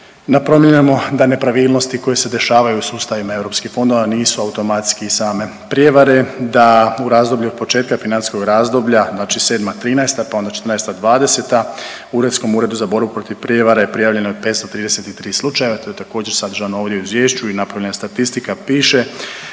Napominjemo da nepravilnosti koje se dešavaju u sustavima europskih fondova nisu automatski i same prijevare, da u razdoblju od početka financijskog razdoblja znači sedma, trinaesta, pa onda četrnaesta, dvadeseta uredskom Uredu za borbu protiv prijevare prijavljeno je 533 slučaja. To je također sadržano ovdje u izvješću i napravljena je statistika, piše